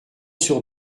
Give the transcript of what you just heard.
sur